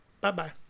Bye-bye